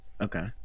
Okay